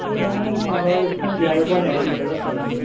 ओह् डैन ऐ महाराज उत्थै नेईं जाएओ भलेआं गै नी कुदै कस्सा करी ओड़ै